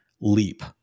leap